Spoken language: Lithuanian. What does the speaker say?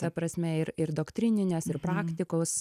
ta prasme ir ir doktrininės ir praktikos